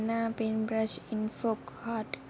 uh paint brush information card